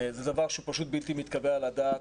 זה דבר שהוא פשוט בלתי מתקבל על הדעת.